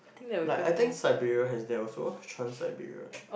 like I think Siberia had that also transit period